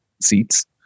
seats